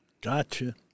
Gotcha